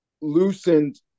loosened